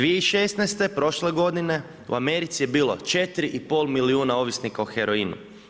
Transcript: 2016., prošle godine u Americi je bilo 4,5 milijuna ovisnika o heroinu.